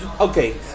Okay